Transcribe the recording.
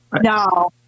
no